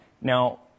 Now